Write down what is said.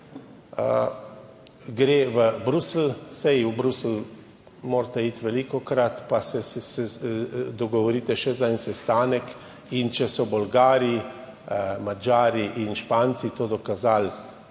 v Bruselj, saj v Bruselj morate iti velikokrat, pa se dogovorite še za en sestanek. Če so Bolgari, Madžari in Španci to dokazali,